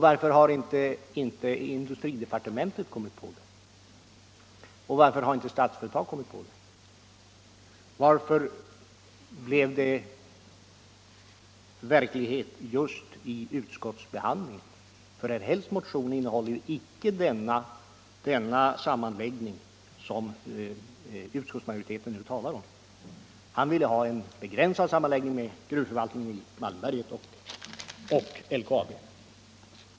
Varför har inte industridepartementet kommit på den? Varför har inte Statsföretag kommit på den? Varför blev det verklighet just i utskottsbehandlingen? Herr Hälls motion innehåller ju inte förslag om den sammanläggning som utskottsmajoriteten nu talar om. Han ville ha en utredning om begränsad sammanläggning av gruvförvaltningen i Malmberget och LKAB.